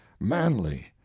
manly